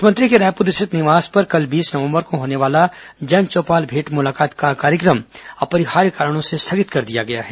मुख्यमंत्री के रायपूर रिथत निवास में कल बीस नवम्बर को होने वाला जनचौपाल भेंट मुलाकात का कार्यक्रम अपरिहार्य कारणों से स्थगित कर दिया गया है